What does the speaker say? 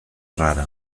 rara